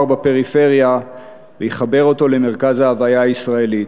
בפריפריה ויחבר אותו למרכז ההוויה הישראלית.